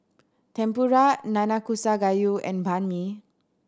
Tempura Nanakusa Gayu and Banh Mi